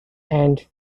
and